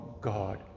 god